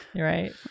Right